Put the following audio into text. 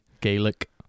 Gaelic